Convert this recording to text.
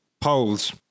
Polls